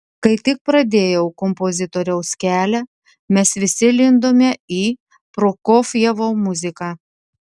kai tik pradėjau kompozitoriaus kelią mes visi lindome į prokofjevo muziką